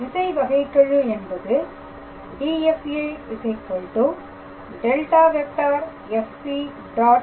திசை வகைகெழு என்பது Dfâ ∇⃗⃗ fP